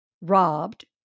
robbed